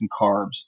carbs